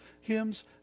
hymns